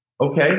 Okay